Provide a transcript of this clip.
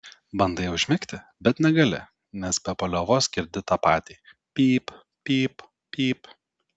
bandai užmigti bet negali nes be paliovos girdi tą patį pyp pyp pyp